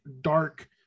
dark